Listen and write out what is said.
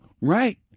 right